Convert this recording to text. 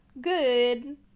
good